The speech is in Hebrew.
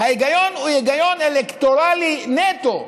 ההיגיון הוא היגיון אלקטורלי נטו,